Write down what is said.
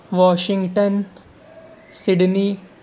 Washington Sydney